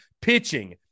pitching